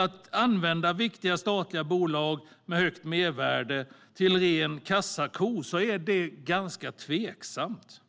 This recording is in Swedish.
Att använda viktiga statliga bolag med högt mervärde som rena kassakor är tveksamt.